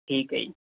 ਠੀਕ ਹੈ ਜੀ